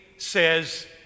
Says